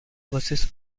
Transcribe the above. versus